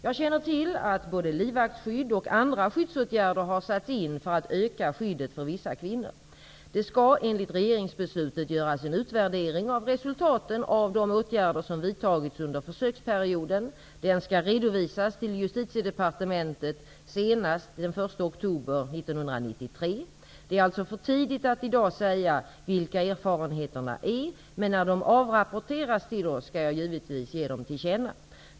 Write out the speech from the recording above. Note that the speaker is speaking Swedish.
Jag känner till att både livvaktsskydd och andra skyddsåtgärder har satts in för att öka skyddet för vissa kvinnor. Det skall enligt regeringsbeslutet göras en utvärdering av resultaten av de åtgärder som vidtagits under försöksperioden. Den skall redovisas till Justitiedepartementet senast den 1 Det är alltså för tidigt att i dag säga vilka erfarenheterna är men när de avrapporteras till oss skall jag givetvis ge dem till känna.